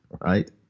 right